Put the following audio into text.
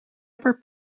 upper